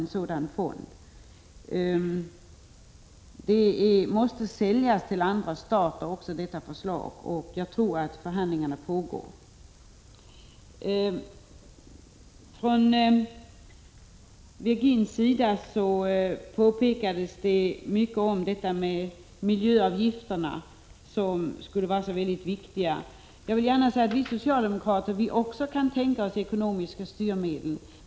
Tanken på denna måste ”säljas” till andra stater, och jag tror att förhandlingar i frågan pågår. Ivar Virgin talade mycket om miljöavgifterna och menade att de är mycket viktiga. Jag vill gärna säga att vi socialdemokrater också kan tänka oss ekonomiska styrmedel.